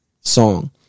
Song